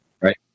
Right